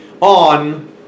on